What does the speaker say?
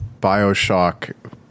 Bioshock